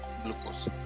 glucose